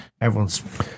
everyone's